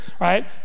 right